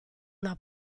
una